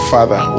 Father